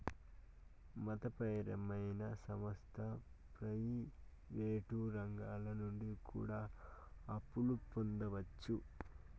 మత పరమైన సంస్థ ప్రయివేటు రంగాల నుండి కూడా అప్పులు పొందొచ్చు